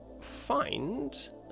find